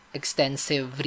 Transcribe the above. extensive